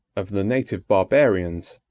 of the native barbarians,